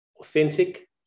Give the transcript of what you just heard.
authentic